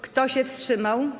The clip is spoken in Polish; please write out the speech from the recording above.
Kto się wstrzymał?